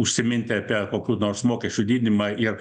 užsiminti apie kokių nors mokesčių didinimą ir